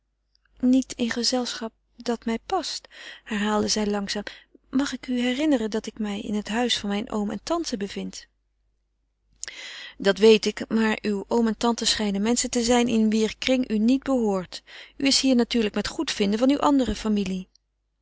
niet in gezelschap dat mij past herhaalde zij langzaam mag ik u herinneren dat ik mij in het huis van mijn oom en tante bevind dat weet ik maar uw oom en tante schijnen menschen te zien in wier kring u niet behoort u is hier natuurlijk met goedvinden van uw andere familie